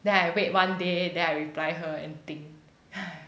then I wait one day then I reply her and think !hais!